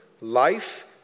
life